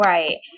Right